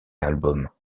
albums